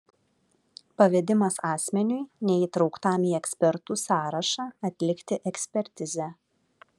pavedimas asmeniui neįtrauktam į ekspertų sąrašą atlikti ekspertizę